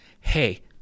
hey